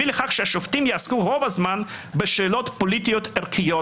לכך שהשופטים יעסקו רוב הזמן בשאלות פוליטיות ערכיות.